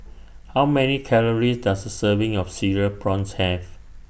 How Many Calories Does A Serving of Cereal Prawns Have